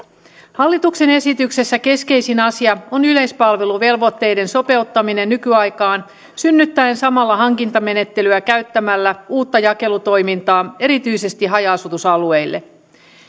hallituksen esityksessä keskeisin asia on yleispalveluvelvoitteiden sopeuttaminen nykyaikaan synnyttäen samalla hankintamenettelyä käyttämällä uutta jakelutoimintaa erityisesti haja asutusalueille